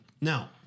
Now